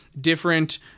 different